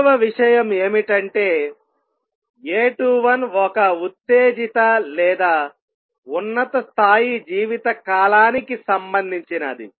రెండవ విషయం ఏమిటంటేA21 ఒక ఉత్తేజిత లేదా ఉన్నత స్థాయి జీవిత కాలానికి సంబంధించినది